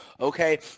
okay